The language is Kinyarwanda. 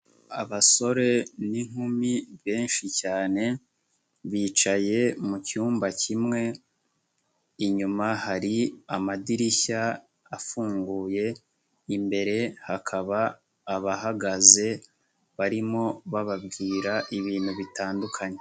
Abasore n'inkumi benshi cyane, bicaye mu cyumba kimwe, inyuma hari amadirishya afunguye, imbere hakaba abahagaze, barimo bababwira ibintu bitandukanye.